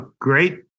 great